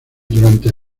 durante